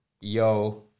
yo